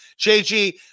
JG